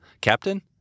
captain